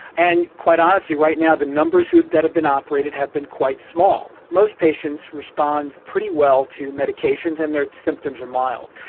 and quite honestly right now the numbers that have been operated have been quite small. most patients respond pretty well to medications and their symptoms are mild.